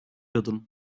adım